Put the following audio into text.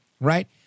right